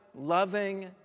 loving